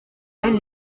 elle